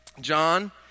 John